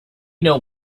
know